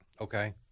Okay